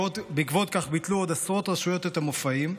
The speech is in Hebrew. בעקבות כך, ביטלו עוד עשרות רשויות את המופעים,